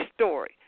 story